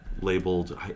Labeled